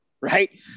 right